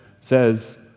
says